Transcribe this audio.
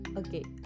okay